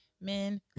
Men